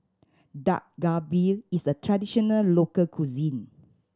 Dak Galbi is a traditional local cuisine